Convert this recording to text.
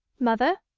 mother,